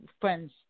Friends